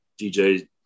DJ